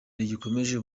rigikomeza